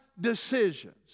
decisions